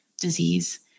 disease